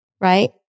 right